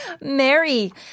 Mary